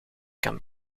kan